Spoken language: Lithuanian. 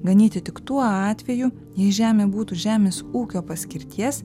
ganyti tik tuo atveju jei žemė būtų žemės ūkio paskirties